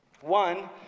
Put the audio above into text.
One